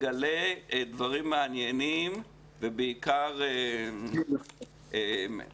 תגלה דברים מעניינים, ובעיקר משימות